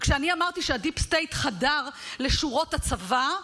כשאני אמרתי שהדיפ סטייט חדר לשורות הצבא,